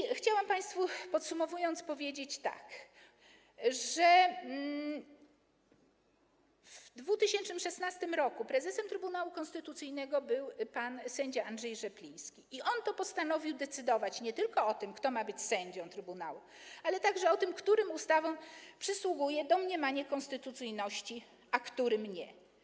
I chciałam państwu, podsumowując, powiedzieć, że w 2016 r. prezesem Trybunału Konstytucyjnego był pan sędzia Andrzej Rzepliński i on to postanowił decydować nie tylko o tym, kto ma być sędzią trybunału, ale także o tym, którym ustawom przysługuje domniemanie konstytucyjności, a którym nie.